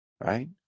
right